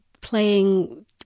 playing